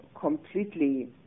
completely